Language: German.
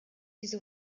diese